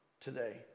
today